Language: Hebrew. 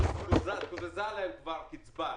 וקוזזה להם כבר קצבה,